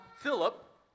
Philip